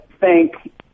thank